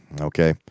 okay